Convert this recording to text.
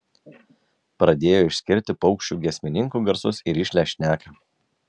pradėjo išskirti paukščių giesmininkų garsus į rišlią šneką